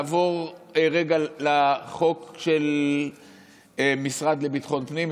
לעבור רגע לחוק של המשרד לביטחון פנים,